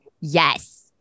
Yes